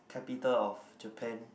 Capital of Japan